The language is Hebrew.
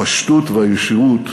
הפשטות והישירות